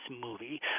movie